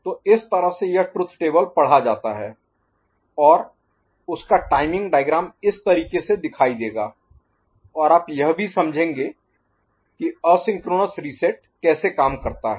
तो इस तरह से यह ट्रुथ टेबल पढ़ा जाता है और और उसका टाइमिंग डायग्राम इस तरीके से दिखाई देगा और आप यह भी समझेंगे कि असिंक्रोनस रीसेट कैसे काम करता है